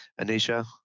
Anisha